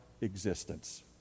existence